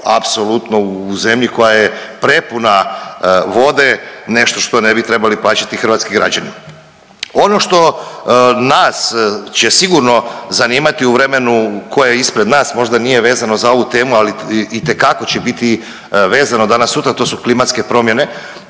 apsolutno u zemlji koja je prepuna vode, nešto što ne bi trebali plaćati hrvatski građani. Ono što nas će sigurno zanimati u vremenu koje je ispred nas, možda nije vezano za ovu temu ali itekako će biti vezano danas sutra. To su klimatske promjene